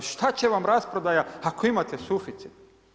Šta će vam rasprodaja ako imate suficit?